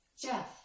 jeff